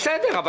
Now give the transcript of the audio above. בסדר.